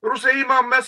rusai ima o mes